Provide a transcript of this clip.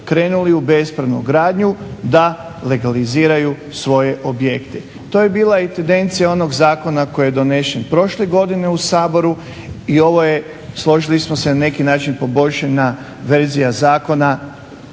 krenuli u bespravnu gradnju da legaliziraju svoje objekte. To je bila i tendencija onog zakona koji je donesen prošle godine u Saboru i ovo je složili smo se na neki način poboljšana verzija zakona